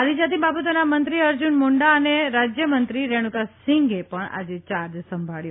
આદિજાતિ બાબતોના મંત્રી અર્જુન મુંડા અને રાજયમંત્રી રેણુકાસિંઘે પણ આજે ચાર્જ સંભાળ્યો